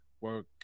work